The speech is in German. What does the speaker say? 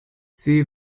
sie